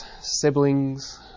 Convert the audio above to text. siblings